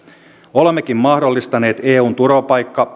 olemmekin mahdollistaneet eun turvapaikka